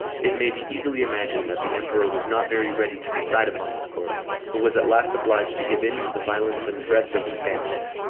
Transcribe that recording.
it may be easily imagined that the emperor was not very ready to decide upon this course, but was at last obliged to give in to the violence and threats of the spaniards.